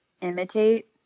imitate